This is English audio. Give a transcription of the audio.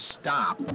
stop